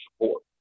support